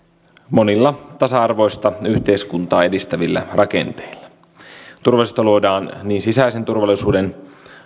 monilla tasa arvoista yhteiskuntaa edistävillä rakenteilla turvallisuutta luodaan sisäisen turvallisuuden